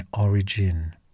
origin